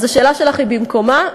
אז השאלה שלך היא במקומה,